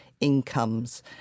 incomes